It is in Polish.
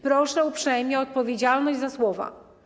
Proszę uprzejmie o odpowiedzialność za słowa.